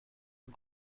این